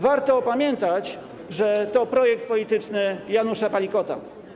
Warto pamiętać, że to projekt polityczny Janusza Palikota.